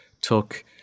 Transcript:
took